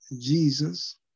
Jesus